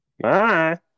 Bye